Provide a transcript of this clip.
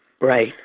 Right